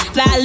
Fly